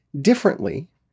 differently